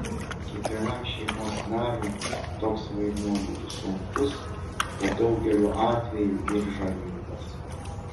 kiekvienam šeimos nariui toks vaidmuo būtų sunkus o daugeliu atvejų ir žalingas